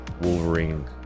Wolverine